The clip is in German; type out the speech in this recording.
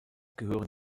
gehören